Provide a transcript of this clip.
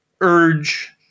urge